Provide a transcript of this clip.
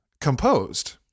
composed